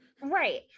Right